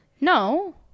No